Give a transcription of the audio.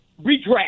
redraft